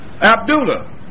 Abdullah